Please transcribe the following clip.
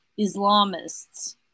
Islamists